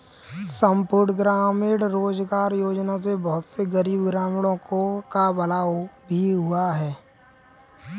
संपूर्ण ग्रामीण रोजगार योजना से बहुत से गरीब ग्रामीणों का भला भी हुआ है